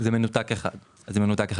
זה מנותק אחד מהשני.